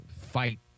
fight